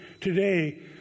Today